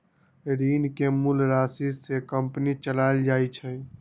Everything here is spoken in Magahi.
ऋण के मूल राशि से कंपनी चलाएल जाई छई